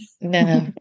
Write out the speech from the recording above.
No